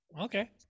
okay